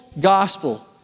Gospel